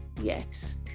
Yes